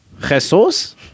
Jesus